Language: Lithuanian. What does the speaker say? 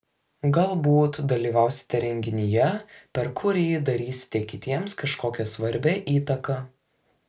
galbūt dalyvausite renginyje per kurį darysite kitiems kažkokią svarbią įtaką